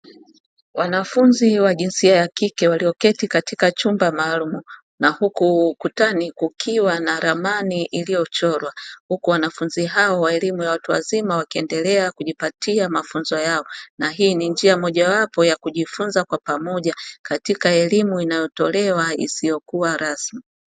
Wanafunzi wa jinsia ya kike walioketi katika chumba maalumu na huku ukutani kukiwa na ramani iliyochorwa, huku wanafunzi hao wa elimu ya watu wazima wakiendelea kujipatia mafunzo yao na hii ni njia mojawapo ya kujifunza kwa pamoja katika elimu inayotolewa isiyokuwa rasmi.